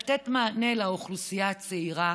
לתת מענה לאוכלוסייה הצעירה